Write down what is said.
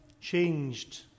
changed